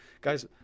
guys